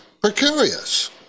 precarious